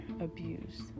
abused